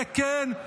וכן,